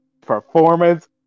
performance